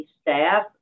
staff